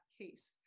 case